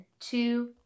two